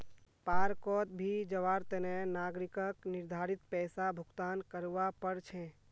पार्कोंत भी जवार तने नागरिकक निर्धारित पैसा भुक्तान करवा पड़ छे